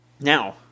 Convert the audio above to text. Now